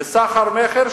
וסחר-מכר,